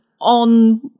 on